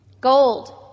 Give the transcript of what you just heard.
gold